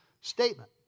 statement